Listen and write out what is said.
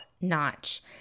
notch